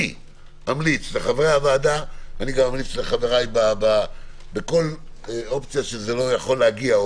אני אמליץ לחברי הוועדה וגם לחבריי בכל אופציה שזה יגיע,